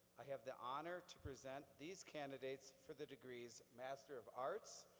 i have the honor to present these candidates for the degrees master of arts,